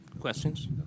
questions